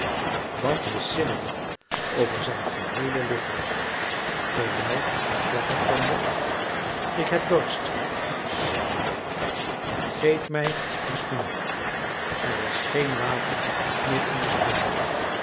want hij sidderde over zijn geheele lichaam terwijl hij klappertandde ik heb dorst zeide hij geef mij den schoen er was geen water meer in den schoen